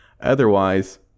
otherwise